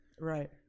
Right